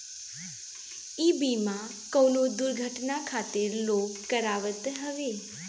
इ बीमा कवनो दुर्घटना खातिर लोग करावत हवे